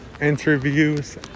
interviews